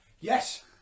Yes